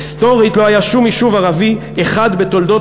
היסטורית לא היה שום יישוב ערבי אחד בתולדות